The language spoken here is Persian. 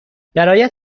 برایت